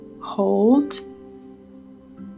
Hold